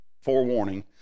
forewarning